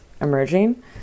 emerging